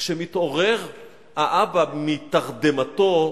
כשמתעורר האבא מתרדמתו,